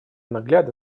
наглядно